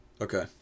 Okay